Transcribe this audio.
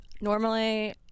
Normally